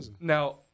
Now